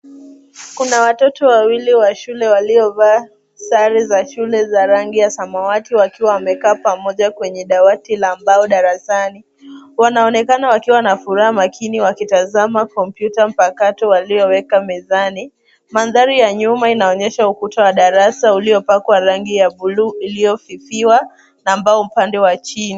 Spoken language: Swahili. Kuna watoto wawili wa shule waliovaa sare za shule za rangi ya samawati wakiwa wamekaa pamoja kwenye dawati la mbao darasani, wanaonekana wakiwa na furaha makini wakitazama kompyuta mpakato walioweka mezani, mandhari ya nyuma inaonyesha ukuta wa darasa uliopakwa rangi ya buluu iliyofifiwa na ambao upande wa chini.